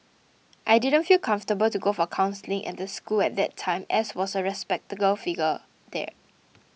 I didn't feel comfortable to go for counselling at the school at that time as was a respectable figure there